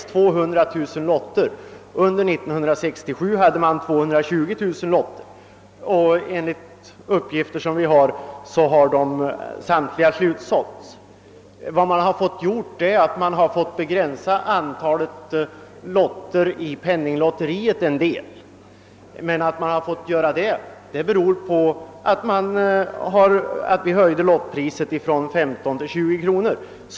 1967 hade lotteriet 220 000 lotter, vilka — efter vad jag erfarit — samtliga har slutsålts. Däremot har man i viss utsträckning måst begränsa antalet lotter i penninglotteriet. Detta beror på att lottpriset höjts från 15 till 20 kronor.